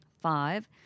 Five